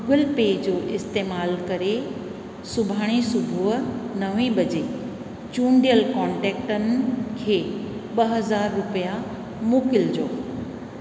Google Pay जो इस्तेमालु करे सुभाणे सुबुह नवें बजे चूंडियल कोन्टेकटनि खे ॿ हज़ार रुपिया मोकिलिजो